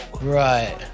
Right